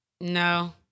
No